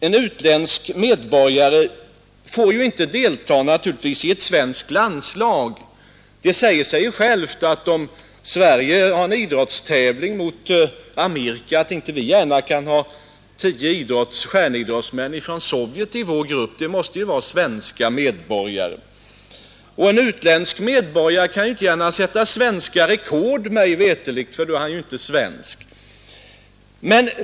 En utländsk medborgare får naturligtvis inte delta i ett svenskt landslag. Det säger sig självt att om Sverige har en idrottstävling emot Amerika kan vi inte gärna ha tio stjärnidrottsmän från Sovjet i vår trupp. Det måste vara svenska medborgare. Och en utländsk medborgare kan inte gärna sätta svenska rekord, mig veterligt, för han är inte svensk.